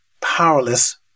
powerless